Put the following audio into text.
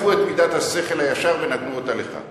מידת השכל הישר מזמן ונתנו אותה לך.